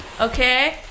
Okay